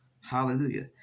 Hallelujah